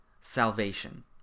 salvation